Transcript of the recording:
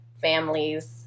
families